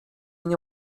nie